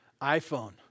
iPhone